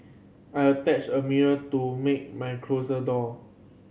I attached a mirror to me my closet door